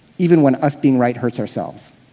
even when us being right hurts ourselves